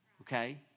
Okay